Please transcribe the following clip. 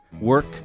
work